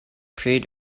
pryd